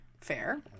fair